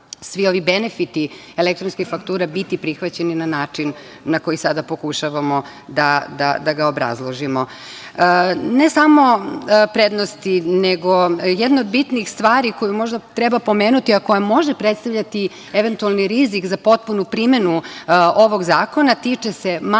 svi ovi benefiti elektronske fakture biti prihvaćeni na način na koji sada pokušavamo da ga obrazložimo. Ne samo prednosti, nego jedna od bitnih stvari koju možda treba pomenuti, a koje može predstavljati eventualni rizik za potpunu primenu ovog zakona tiče se malih